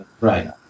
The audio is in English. Right